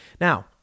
Now